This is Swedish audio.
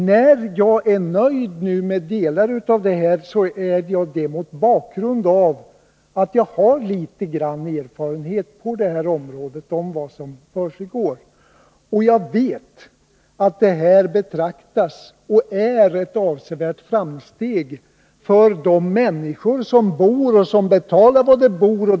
När jag är nöjd med delar av förslaget, är jag det mot bakgrund av att jag har litet erfarenhet på detta område om vad som försiggår. Jag vet att förslaget innebär en avsevärd förbättring för alla betalande boende.